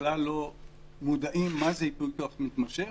בכלל לא מודעים למה זה ייפוי כוח מתמשך,